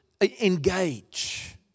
engage